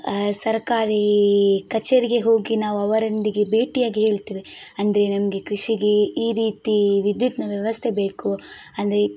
ಸರ್ಕಾರಿ ಕಚೇರಿಗೆ ಹೋಗಿ ನಾವು ಅವರೊಂದಿಗೆ ಭೇಟಿಯಾಗಿ ಹೇಳ್ತೇವೆ ಅಂದರೆ ನಮಗೆ ಕೃಷಿಗೆ ಈ ರೀತಿ ವಿದ್ಯುತ್ನ ವ್ಯವಸ್ಥೆ ಬೇಕು ಅಂದರೆ